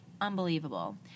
unbelievable